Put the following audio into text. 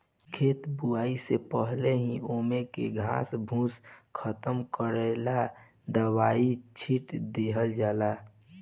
खेत बोवे से पहिले ही ओमे के घास फूस खतम करेला दवाई छिट दिहल जाइ